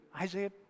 Isaiah